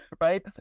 right